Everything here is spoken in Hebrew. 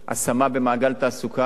השמה במעגל תעסוקה.